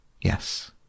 Yes